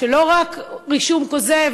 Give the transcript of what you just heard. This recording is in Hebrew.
לא רק רישום כוזב,